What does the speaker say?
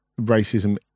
racism